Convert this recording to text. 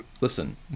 Listen